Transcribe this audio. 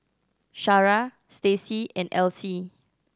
Shara Stacie and Alcee